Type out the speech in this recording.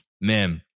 man